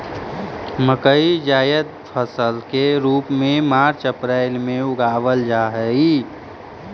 मकई जायद फसल के रूप में मार्च अप्रैल में उगावाल जा हई